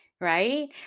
Right